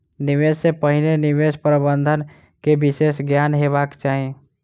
निवेश सॅ पहिने निवेश प्रबंधन के विशेष ज्ञान हेबाक चाही